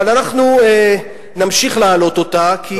אבל אנחנו נמשיך להעלות אותה כי,